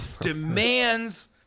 demands